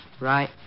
Right